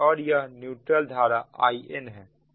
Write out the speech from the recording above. और यह न्यूट्रल धारा Inहै